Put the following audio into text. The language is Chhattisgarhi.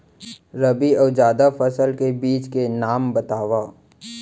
रबि अऊ जादा फसल के बीज के नाम बताव?